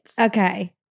Okay